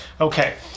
Okay